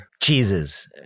cheeses